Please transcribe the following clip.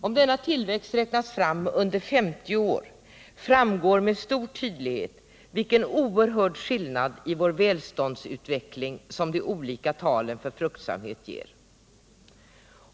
Om denna tillväxt räknas fram under 50 år, framgår med stor tydlighet vilken oerhörd skillnad i vår välståndsutveckling som de olika talen för fruktsamhet ger.